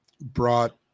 brought